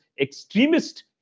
extremist